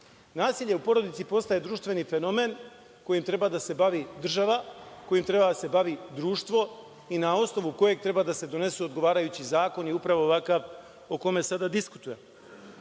Nasilje u porodici postaje društveni fenomen kojim treba da se bavi država, kojim treba da se bavi društvo i na osnovu kojeg treba da se donesu odgovarajući zakon, upravo ovakav o kome sada diskutujemo.Zašto